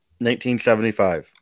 1975